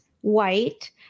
white